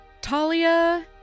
Talia